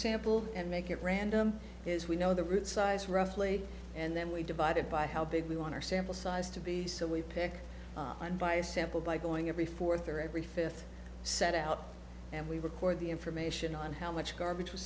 sample and make it random is we know the route size roughly and then we divide it by how big we want our sample size to be so we pick and by sample by going every fourth or every fifth set out and we record the information on how much garbage was